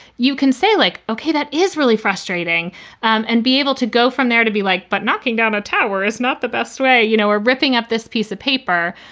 you can say like, ok, that is really frustrating and be able to go from there to be like but knocking down a tower is not the best way. you know, we're ripping up this piece of paper.